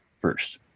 first